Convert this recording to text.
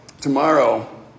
tomorrow